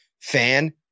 fan